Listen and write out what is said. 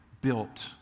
built